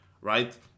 right